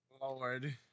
Lord